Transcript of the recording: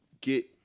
get